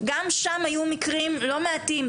גם שם היו מקרים לא מעטים,